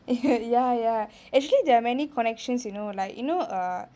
ya ya actually there are many connections you know like you know err